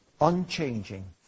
unchanging